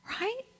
Right